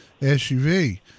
SUV